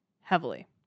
heavily